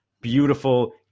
beautiful